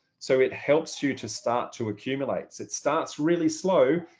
so it helps you to start to accumulate. it starts really slow.